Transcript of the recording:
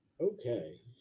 okay